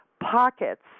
pockets